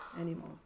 anymore